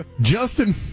Justin